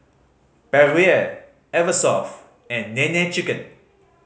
Perrier Eversoft and Nene Chicken